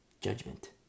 Judgment